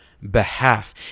behalf